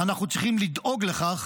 אנחנו צריכים לדאוג לכך